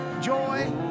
joy